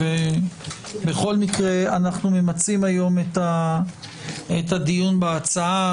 בכל מקרה אנחנו ממצים היום את הדיון בהצעה,